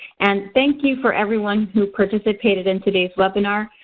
and thank you for everyone who participated in today's webinar.